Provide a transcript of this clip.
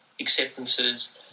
acceptances